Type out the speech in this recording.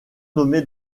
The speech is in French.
nommé